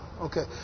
okay